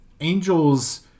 angels